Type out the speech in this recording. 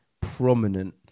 prominent